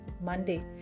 Monday